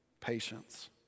patience